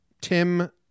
Tim